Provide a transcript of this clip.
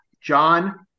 John